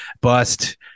Bust